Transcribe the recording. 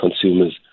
consumers